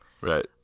Right